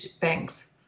banks